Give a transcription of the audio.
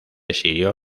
exilió